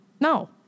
No